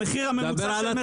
המחיר הממוצע --- דבר על